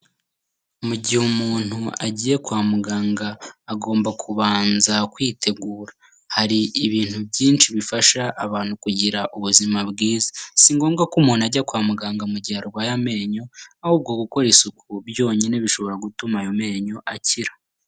Mu gihe umuntu agiye kwa muganga agomba kubanza kwitegura, hari ibintu byinshi bifasha abantu kugira ubuzima bwiza. Si ngombwa ko umuntu ajya kwa muganga mu gihe arwaye amenyo, ahubwo gukora isuku byonyine bishobora gutuma ayo menyo akira.